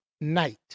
night